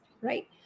right